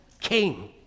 king